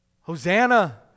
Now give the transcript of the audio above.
Hosanna